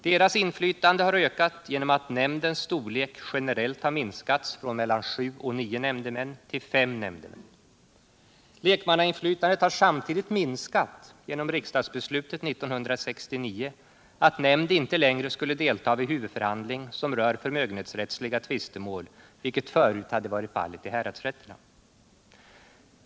Deras inflytande har ökat genom att nämndens storlek generellt har minskats från mellan sju och nio nämndemän till fem nämndemän. Lekmannainflytandet har samtidigt minskat genom riksdagsbeslutet 1969 att nämnd inte längre skulle delta vid huvudförhandling som rör förmögenhetsrättsliga tvistemål, vilket förut hade varit fallet i häradsrätterna.